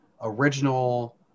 original